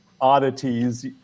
oddities